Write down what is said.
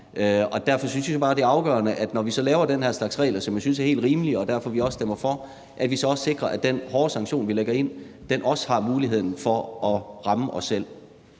er afgørende, at vi, når vi så laver den her slags regler, som vi synes er helt rimelige, og som vi derfor også stemmer for, så også sikrer, at den hårde sanktion, vi lægger ind, også har muligheden for at ramme os selv.